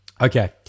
okay